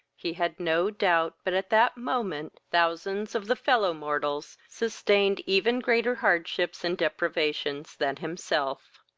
he had no doubt but at that moment thousands of the fellow-mortals sustained even greater hardships and deprivations than himself.